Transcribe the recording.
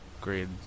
grade